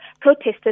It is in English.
protesters